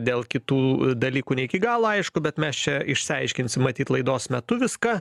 dėl kitų dalykų ne iki galo aišku bet mes čia išsiaiškinsim matyt laidos metu viską